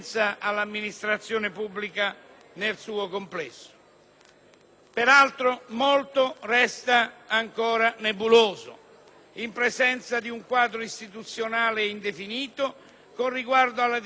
nel suo complesso. Peraltro, in presenza di un quadro istituzionale indefinito con riguardo alla distribuzione delle funzioni tra i livelli di governo